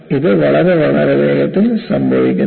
ഇത് വളരെ വളരെ വേഗത്തിൽ സംഭവിക്കുന്നു